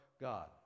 God